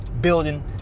Building